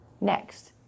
next